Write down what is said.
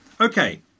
Okay